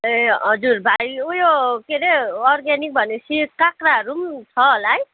ए हजुर भाइ उयो के अरे अर्गानिक भने पछि काँक्राहरू छ होला है